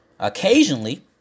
Occasionally